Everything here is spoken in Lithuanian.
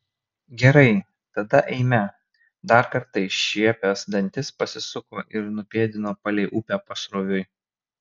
gerai tada eime dar kartą iššiepęs dantis pasisuko ir nupėdino palei upę pasroviui